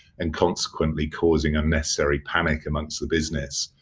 and consequently causing unnecessary panic amongst the business.